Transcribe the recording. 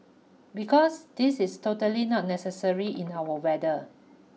because this is totally not necessary in our weather